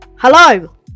Hello